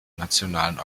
nationalen